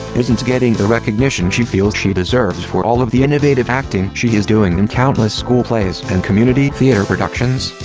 isn't getting the recognition she feels she deserves for all of the innovative acting she is doing in countless school plays and community theater productions?